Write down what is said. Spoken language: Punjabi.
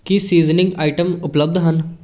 ਕੀ ਸੀਜ਼ਨਿੰਗ ਆਈਟਮ ਉਪਲੱਬਧ ਹਨ